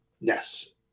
Yes